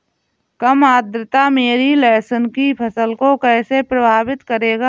कम आर्द्रता मेरी लहसुन की फसल को कैसे प्रभावित करेगा?